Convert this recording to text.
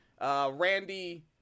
Randy